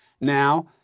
Now